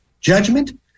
judgment